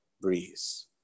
breeze